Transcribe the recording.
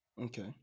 Okay